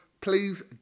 please